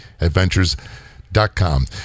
Adventures.com